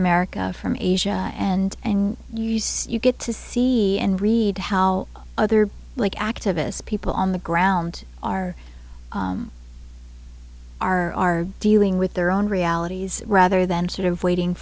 america from asia and and you see you get to see and read how other like activists people on the ground are are dealing with their own realities rather than sort of waiting